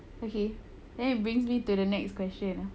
okay then it brings me to the next question